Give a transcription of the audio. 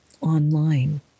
online